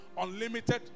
unlimited